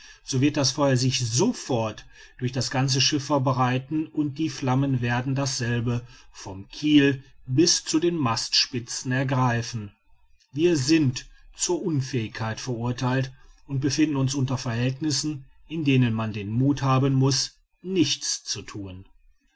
so wird das feuer sich sofort durch das ganze schiff verbreiten und die flammen werden dasselbe vom kiel bis zu den mastspitzen ergreifen wir sind zur untäthigkeit verurtheilt und befinden uns unter verhältnissen in denen man den muth haben muß nichts zu thun